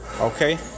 Okay